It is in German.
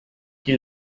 die